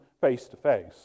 face-to-face